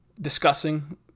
discussing